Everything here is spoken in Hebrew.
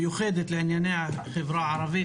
אנחנו פותחים את ישיבת הוועדה המיוחדת לענייני החברה הערבית.